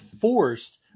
forced